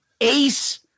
Ace